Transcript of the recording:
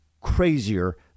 crazier